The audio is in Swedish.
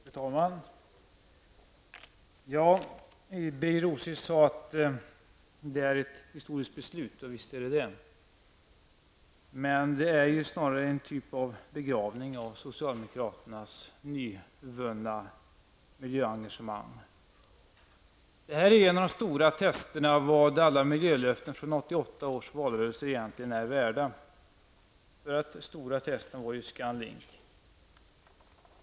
Fru talman! Birger Rosqvist sade att det är ett historiskt beslut, och visst är det det. Men det är snarare en typ av begravning av socialdemokraternas nyvunna miljöengagemang. Det här är ett av de stora testerna på vad alla miljölöften från 1988 års valrörelse egentligen är värda. Det stora testet gällde ju ScanLink.